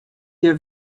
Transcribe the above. hja